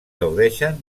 gaudeixen